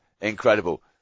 Incredible